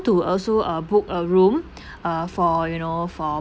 to also uh book a room uh for you know for